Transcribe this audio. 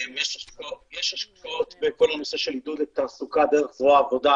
יש השקעות בכל הנושא של עידוד התעסוקה דרך זרוע העבודה